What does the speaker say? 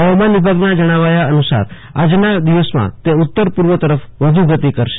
હવામાન વિભાગના જણાવ્યા અનુસાર આજના દિવસમાં તે ઉત્તર પૂર્વ તરફ વધુ તી કરશે